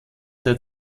der